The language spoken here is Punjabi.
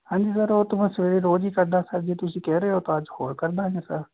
ਹਾਂਜੀ ਸਰ ਉਹ ਤੋ ਮੈਂ ਸਵੇਰੇ ਰੋਜ਼ ਹੀ ਕਰਦਾ ਸਰ ਜੇ ਤੁਸੀਂ ਕਹਿ ਰਹੇ ਹੋ ਤਾਂ ਅੱਜ ਹੋਰ ਕਰਦਾਂਗੇ ਸਰ